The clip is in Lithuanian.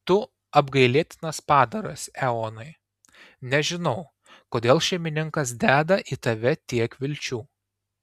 tu apgailėtinas padaras eonai nežinau kodėl šeimininkas deda į tave tiek vilčių